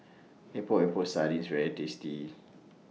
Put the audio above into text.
Epok Epok Sardin IS very tasty